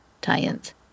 tie-ins